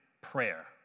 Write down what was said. prayer